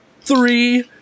three